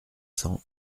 cents